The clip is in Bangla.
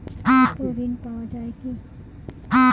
স্বল্প ঋণ পাওয়া য়ায় কি?